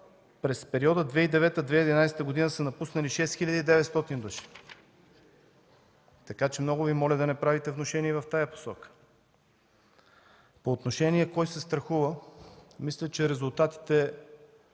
През периода 2009-2011 г. са напуснали 6 хил. 900 души! Така че много Ви моля да не правите внушения в тази посока. По отношение на това кой се страхува – мисля, че резултатите